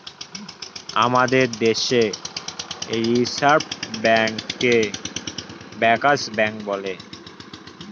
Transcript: আমাদের দেশে রিসার্ভ ব্যাঙ্কে ব্যাঙ্কার্স ব্যাঙ্ক বলে